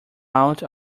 out